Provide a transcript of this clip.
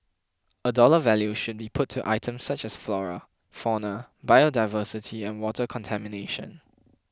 a dollar value should be put to items such as flora fauna biodiversity and water contamination